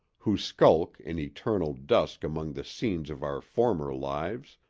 who skulk in eternal dusk among the scenes of our former lives,